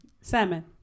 Salmon